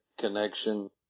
connection